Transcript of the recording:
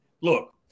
Look